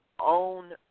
own